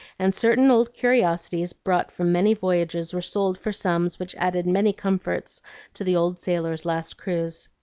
and certain old curiosities brought from many voyages were sold for sums which added many comforts to the old sailor's last cruise.